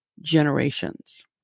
generations